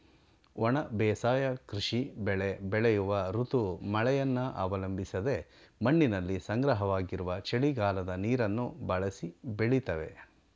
ಒಣ ಬೇಸಾಯ ಕೃಷಿ ಬೆಳೆ ಬೆಳೆಯುವ ಋತು ಮಳೆಯನ್ನು ಅವಲಂಬಿಸದೆ ಮಣ್ಣಿನಲ್ಲಿ ಸಂಗ್ರಹವಾಗಿರುವ ಚಳಿಗಾಲದ ನೀರನ್ನು ಬಳಸಿ ಬೆಳಿತವೆ